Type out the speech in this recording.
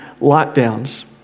lockdowns